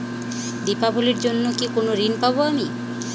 দীপাবলির জন্য কি কোনো ঋণ পাবো আমি?